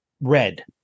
red